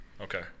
Okay